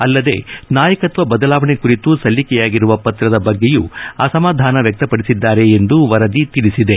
ಅಲ್ಲದೆ ನಾಯಕತ್ವ ಬದಲಾವಣೆ ಕುರಿತು ಸಲ್ಲಿಕೆಯಾಗಿರುವ ಪತ್ರದ ಬಗ್ಗೆಯೂ ಅಸಮಾಧಾನ ವ್ಯಕ್ತಪಡಿಸಿದ್ದಾರೆ ಎಂದು ವರದಿ ತಿಳಿಸಿದೆ